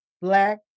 black